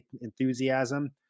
enthusiasm